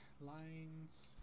lines